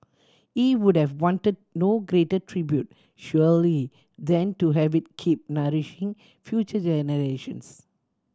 he would have wanted no greater tribute surely than to have it keep nourishing future generations